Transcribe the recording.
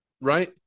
right